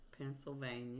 Pennsylvania